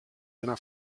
donà